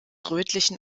rötlichen